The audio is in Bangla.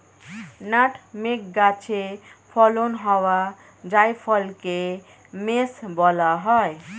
নাটমেগ গাছে ফলন হওয়া জায়ফলকে মেস বলা হয়